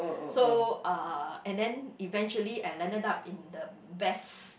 so uh and then eventually I landed up in the best